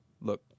look